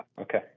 Okay